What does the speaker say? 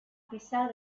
pesar